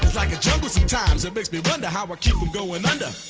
like and sometimes it makes me wonder how ah to go and and